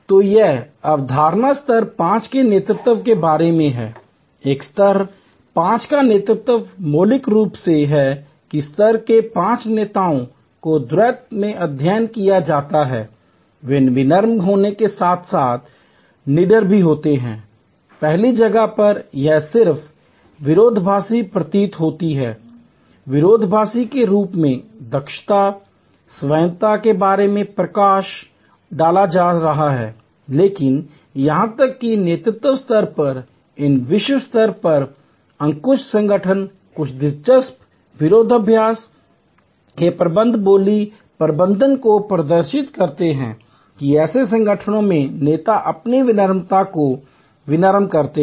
तो यह अवधारणा स्तर 5 के नेतृत्व के बारे में है एक स्तर 5 का नेतृत्व मौलिक रूप से है कि स्तर 5 के नेताओं को द्वैत में अध्ययन किया जाता है वे विनम्र होने के साथ साथ निडर भी होते हैं पहली जगह पर यह सिर्फ विरोधाभासी प्रतीत होता है विरोधाभासी के रूप में दक्षता और स्वायत्तता के बारे में प्रकाश डाल रहा था लेकिन यहां तक कि नेतृत्व स्तर पर इन विश्व स्तर पर उत्कृष्ट संगठन कुछ दिलचस्प विरोधाभास या द्वंद्वात्मकता के प्रबंधन बोली प्रबंधन को प्रदर्शित करते हैं कि ऐसे संगठनों में नेता अपनी विनम्रता को विनम्र करते हैं